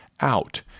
out